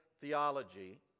theology